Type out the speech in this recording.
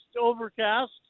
overcast